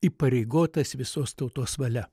įpareigotas visos tautos valia